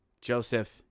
Joseph